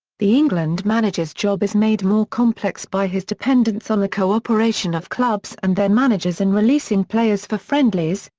the england manager's job is made more complex by his dependence on the co-operation of clubs and their managers in releasing players for friendlies,